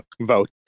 vote